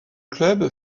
club